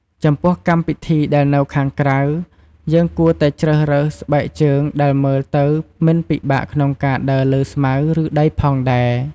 ចំពោះកម្មពិធីដែលនៅខាងក្រៅ យើងគួរតែជ្រើសរើសស្បែកជើងដែលមើលទៅមិនពិបាកកក្នុងការដើរលើស្មៅ ឬដីផងដែរ។